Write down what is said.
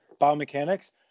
biomechanics